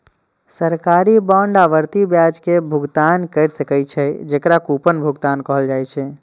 सरकारी बांड आवर्ती ब्याज के भुगतान कैर सकै छै, जेकरा कूपन भुगतान कहल जाइ छै